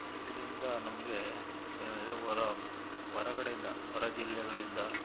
ಇದರಿಂದ ನಮಗೆ ಏನಾಗಿದೆ ಹೊರ ಹೊರಗಡೆಯಿಂದ ಹೊರ ಜಿಲ್ಲೆಗಳಿಂದ